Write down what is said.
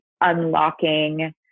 unlocking